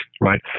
right